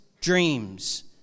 dreams